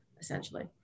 essentially